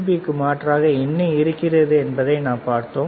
பிக்கு மாற்றாக என்ன இருக்கிறது என்பதை நாம் பார்த்தோம்